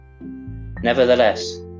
Nevertheless